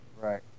Right